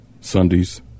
Sundays